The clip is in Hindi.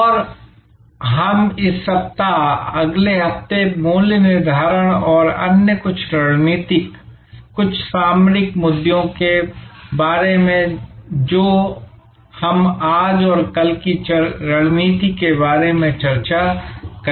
और हम इस सप्ताह अगले हफ्ते मूल्य निर्धारण और अन्य कुछ रणनीतिक कुछ सामरिक मुद्दों के बारे में जो हम आज और कल की रणनीति के बारे में चर्चा करेंगे